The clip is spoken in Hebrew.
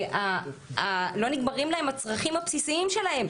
לא נגמרים להם הצרכים הבסיסיים שלהם.